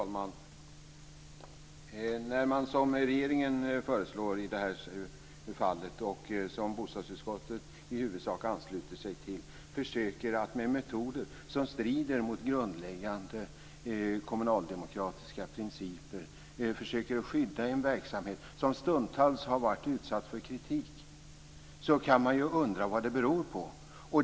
Fru talman! När man som regeringen föreslår, och som bostadsutskottet i huvudsak har anslutit sig till, använder metoder som strider mot grundläggande kommunaldemokratiska principer för att skydda en verksamhet som stundtals har varit utsatt för kritik, kan man undra vad det beror på.